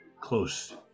close